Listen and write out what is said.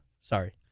Sorry